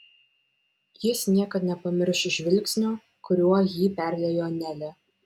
jis niekad nepamirš žvilgsnio kuriuo jį perliejo nelė